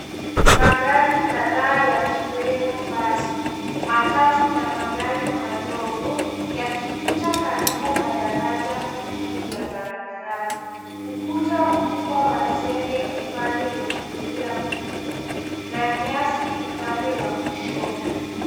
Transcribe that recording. Magari kadhaa yakiwemo basi, matatu na magari madogo, yakipita karibu na daraja juu ya barabarani. Ukuta mkubwa wa zege upande wa kulia upo, na nyasi upande wa kushoto.